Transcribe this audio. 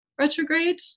retrograde